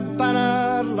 banner